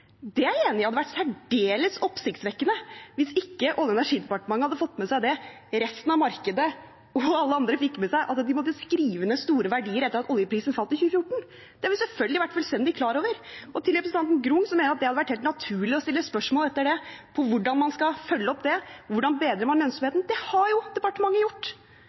etter 2014. Jeg er enig i at det hadde vært særdeles oppsiktsvekkende hvis ikke Olje- og energidepartementet hadde fått med seg det resten av markedet og alle andre fikk med seg, at de måtte skrive ned store verdier etter at oljeprisen falt i 2014. Det har vi selvfølgelig vært fullstendig klar over. Til representanten Grung, som mener at det hadde vært helt naturlig etter det å stille spørsmål om hvordan man skal følge det opp, hvordan man bedrer lønnsomheten: Det har jo departementet gjort